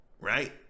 right